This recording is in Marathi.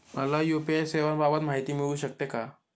मला यू.पी.आय सेवांबाबत माहिती मिळू शकते का?